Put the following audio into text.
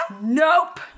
Nope